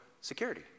security